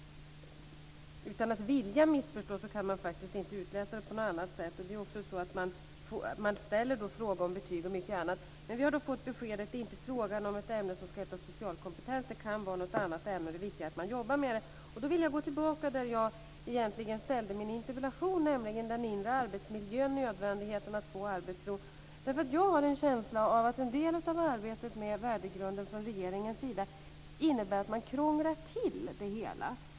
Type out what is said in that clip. Utan att vilja missförstå kan man faktiskt inte utläsa det på något annat sätt. Man ställer också frågor om betyg och mycket annat. Vi har nu fått beskedet att det inte är fråga om ett ämne som ska heta social kompetens, att det kan vara något annat ämne och att det viktiga är att man jobbar med det. Då vill jag gå tillbaka till det som gjorde att jag egentligen ställde min interpellation, nämligen den inre arbetsmiljön och nödvändigheten att få arbetsro. Jag har nämligen en känsla av att en del av regeringens arbete med värdegrunden innebär att man krånglar till det hela.